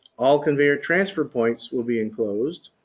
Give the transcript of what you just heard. all conveyor transfer points will be enclosed,